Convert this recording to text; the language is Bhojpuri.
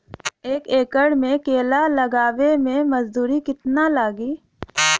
एक एकड़ में केला लगावे में मजदूरी कितना लागी?